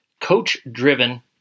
coach-driven